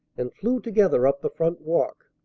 and flew together up the front walk,